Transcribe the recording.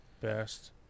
best